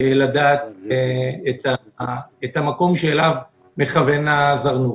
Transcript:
לדעת את המקום שאליו מכוון הזרנוק.